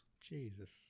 Jesus